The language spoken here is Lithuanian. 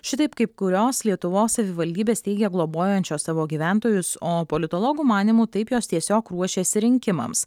šitaip kaip kurios lietuvos savivaldybės teigia globojančios savo gyventojus o politologų manymu taip jos tiesiog ruošiasi rinkimams